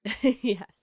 Yes